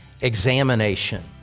examination